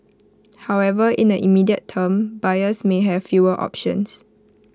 however in the immediate term buyers may have fewer options